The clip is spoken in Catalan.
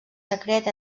secret